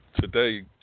today